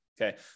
okay